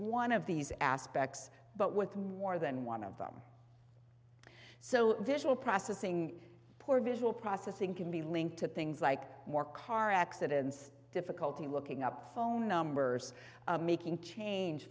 one of these aspects but with more than one of them so visual processing poor visual processing can be linked to things like more car accidents difficulty looking up phone numbers making change